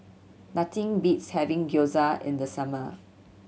nothing beats having Gyoza in the summer